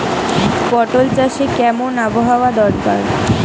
পটল চাষে কেমন আবহাওয়া দরকার?